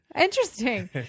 interesting